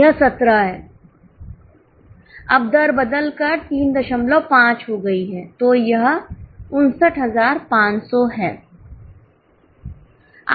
यह 17 है अब दर बदल कर 35 हो गई है तो यह 59500 है